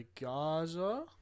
Gaza